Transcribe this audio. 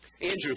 Andrew